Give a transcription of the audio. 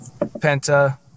Penta